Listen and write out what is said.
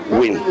win